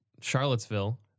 Charlottesville